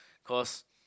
cause